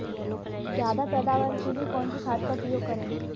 ज्यादा पैदावार के लिए कौन सी खाद का प्रयोग करें?